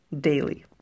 daily